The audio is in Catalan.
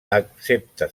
accepta